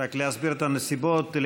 רק להסביר את הנסיבות,